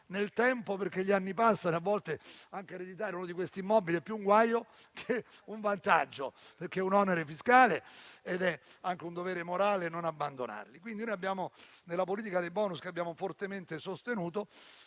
nel tempo perché gli anni passano e a volte ereditare uno di questi immobili è più un guaio che un vantaggio. È infatti un onere fiscale ed è anche un dovere morale non abbandonarle. E allora nella politica dei *bonus*, che abbiamo fortemente sostenuto,